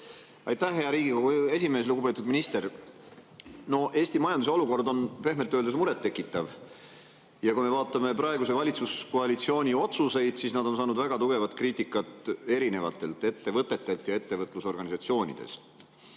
Aitäh, hea Riigikogu esimees! Lugupeetud minister! Eesti majanduse olukord on pehmelt öeldes murettekitav. Kui me vaatame praeguse valitsuskoalitsiooni otsuseid, siis [näeme, et] nad on saanud väga tugevat kriitikat erinevatelt ettevõtetelt ja ettevõtlusorganisatsioonidelt.